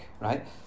right